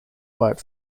work